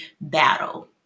battle